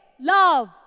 love